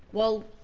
well,